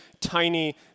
tiny